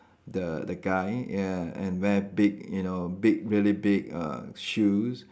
the the guy ya and wear big you know big really big uh shoes